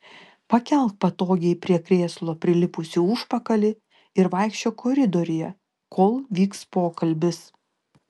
pakelk patogiai prie krėslo prilipusį užpakalį ir vaikščiok koridoriuje kol vyks pokalbis